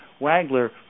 Wagler